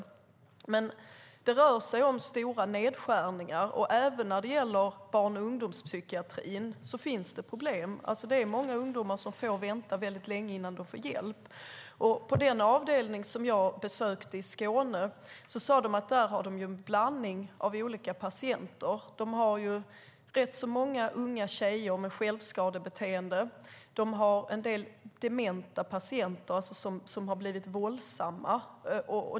Det rör sig om stora nedskärningar. Även när det gäller barn och ungdomspsykiatrin finns det problem. Många ungdomar får vänta väldigt länge innan de får hjälp. På den avdelning i Skåne som jag besökte är det en blandning av olika patienter. Där finns rätt så många unga tjejer med självskadebeteende, och det finns en del dementa patienter som har blivit våldsamma.